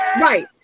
right